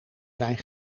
zijn